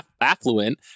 affluent